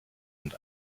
und